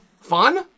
fun